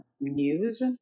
news